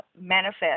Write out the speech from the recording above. manifest